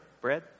Bread